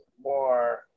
more